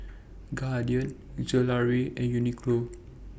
Guardian Gelare and Uniqlo